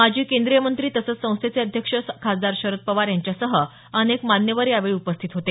माजी केंद्रीय मंत्री तसंच संस्थेचे अध्यक्ष खासदार शरद पवार यांच्यासह अनेक मान्यवर यावेळी उपस्थित होते